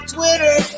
Twitter